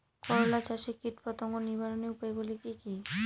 করলা চাষে কীটপতঙ্গ নিবারণের উপায়গুলি কি কী?